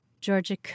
Georgia